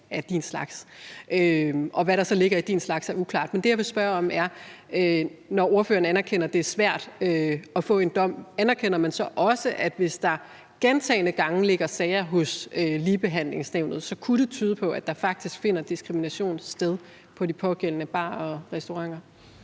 og hvad der så ligger i »din slags« er uklart. Det, jeg vil spørge om, er: Når ordføreren anerkender, at det er svært at få en dom, anerkender ordføreren så også, at hvis der gentagne gange ligger sager hos Ligebehandlingsnævnet, kunne det tyde på, at der faktisk finder diskrimination sted på de pågældende barer og restauranter?